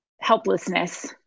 helplessness